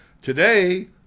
today